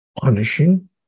punishing